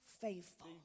faithful